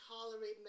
tolerate